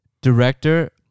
director